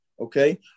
Okay